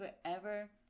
forever